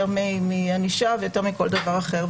יותר מענישה ויותר מכל דבר אחר.